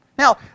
Now